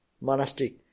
monastic